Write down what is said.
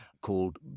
called